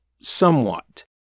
somewhat